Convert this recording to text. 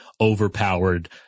overpowered